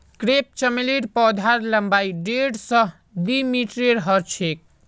crepe चमेलीर पौधार लम्बाई डेढ़ स दी मीटरेर ह छेक